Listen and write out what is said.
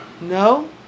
No